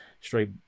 straight